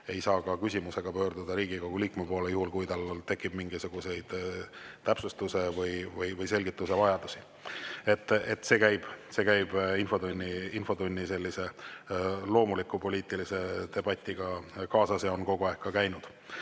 ei saa küsimusega pöörduda Riigikogu liikme poole, juhul kui tal tekib mingisuguse täpsustuse või selgituse saamise vajadus. See käib infotunni loomuliku poliitilise debatiga kaasas ja on kogu aeg käinud.